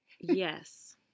Yes